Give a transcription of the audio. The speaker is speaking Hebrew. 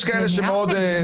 יש כאלה שמחמירים,